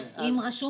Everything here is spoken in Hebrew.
אם רשום